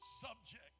Subject